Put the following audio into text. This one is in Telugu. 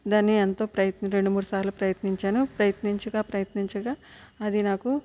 దాన్ని ఎంతో ప్రయత్ రెండు మూడు సార్లు ప్రయత్నించాను ప్రయత్నించగా ప్రయత్నించగా అది నాకు